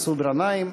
מסעוד גנאים,